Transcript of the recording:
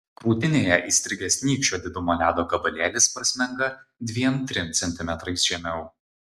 krūtinėje įstrigęs nykščio didumo ledo gabalėlis prasmenga dviem trim centimetrais žemiau